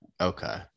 Okay